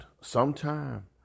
sometime